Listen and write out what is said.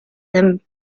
them